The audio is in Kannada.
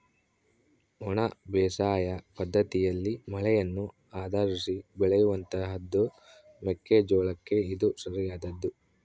ಒಣ ಬೇಸಾಯ ಪದ್ದತಿಯಲ್ಲಿ ಮಳೆಯನ್ನು ಆಧರಿಸಿ ಬೆಳೆಯುವಂತಹದ್ದು ಮೆಕ್ಕೆ ಜೋಳಕ್ಕೆ ಇದು ಸರಿಯಾದದ್ದು